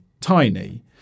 tiny